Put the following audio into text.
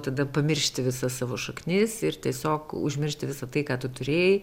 tada pamiršti visas savo šaknis ir tiesiog užmiršti visa tai ką tu turėjai